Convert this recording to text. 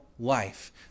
Life